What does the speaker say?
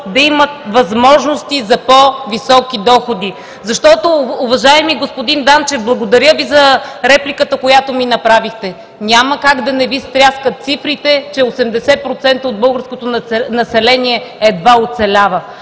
да имат възможности за по-високи доходи. Уважаеми господин Данчев, благодаря Ви за репликата, която ми направихте. Няма как да не Ви стряскат цифрите, че 80% от българското население едва оцелява.